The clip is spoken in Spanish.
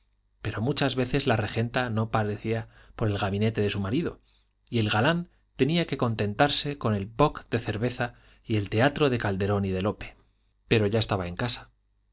pero muchas veces la regenta no parecía por el gabinete de su marido y el galán tenía que contentarse con el bock de cerveza y el teatro de calderón y lope pero ya estaba en casa